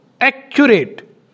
accurate